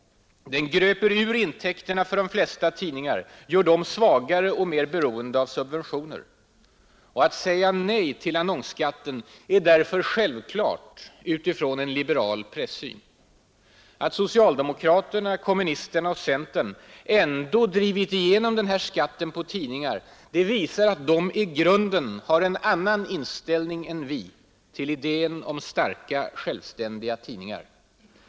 Den gröper ur intäkterna för de flesta tidningar, gör dem svagare och mer beroende av subventioner. Att säga nej till annonsskatten är därför självklart utifrån en liberal pressyn. Att socialdemokraterna, kommunisterna och centern ändå drivit igenom denna skatt på tidningar visar att de i grunden har en annan inställning än vi till idén om starka, självständiga tidningar.